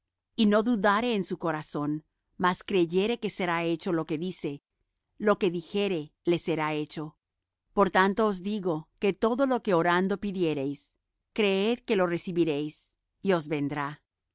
y no dudare en su corazón mas creyere que será hecho lo que dice lo que dijere le será hecho por tanto os digo que todo lo que orando pidiereis creed que lo recibiréis y os vendrá